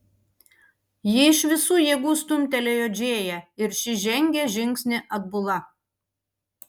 ji iš visų jėgų stumtelėjo džėją ir ši žengė žingsnį atbula